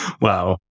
Wow